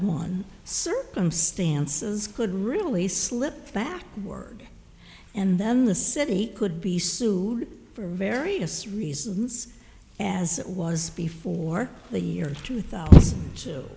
one circumstances could really slip back to work and then the city could be sued for various reasons as it was before the year two thousand